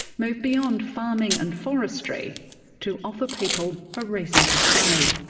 move beyond farming and forestry to offer people a reason to stay.